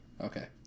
Okay